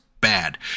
bad